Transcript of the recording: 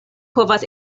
povas